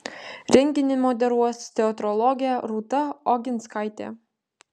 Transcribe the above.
renginį moderuos teatrologė rūta oginskaitė